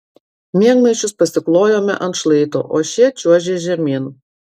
miegmaišius pasiklojome ant šlaito o šie čiuožė žemyn